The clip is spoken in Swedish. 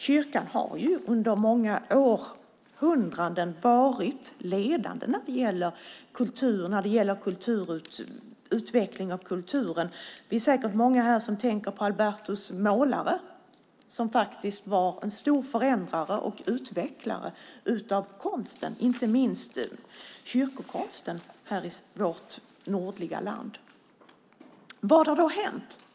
Kyrkan har ju under många århundraden varit ledande när det gäller utveckling av kulturen. Det är säkert många här som tänker på Albertus Målare, som faktiskt var en stor förändrare och utvecklare av konsten, inte minst kyrkokonsten, i vårt nordliga land. Vad har då hänt?